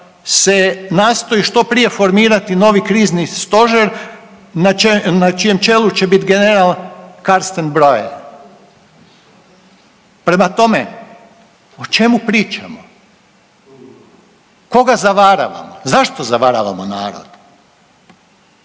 se nastoji što prije formirati novi krizni stožer na čijem čelu će biti general Karsten …/nerazumljivo/… Prema tome, o čemu pričamo? Koga zavaravamo, zašto zavaravamo narod?